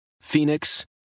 Phoenix